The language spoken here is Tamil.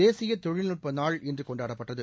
தேசிய தொழில்நுட்ப நாள் இன்று கொண்டாடப்பட்டது